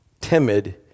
timid